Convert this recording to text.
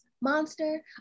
monster